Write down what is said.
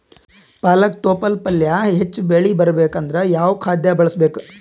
ಪಾಲಕ ತೊಪಲ ಪಲ್ಯ ಹೆಚ್ಚ ಬೆಳಿ ಬರಬೇಕು ಅಂದರ ಯಾವ ಖಾದ್ಯ ಬಳಸಬೇಕು?